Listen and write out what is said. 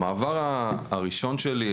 המעבר הראשון שלי,